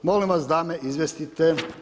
Molim vas da me izvijestite.